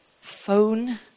phone